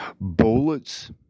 Bullets